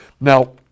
Now